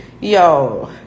Yo